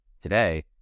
Today